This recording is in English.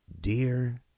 Dear